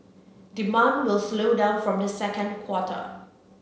demand will slow down from the second quarter